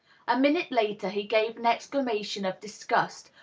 a minute later he gave an exclama tion of disgust,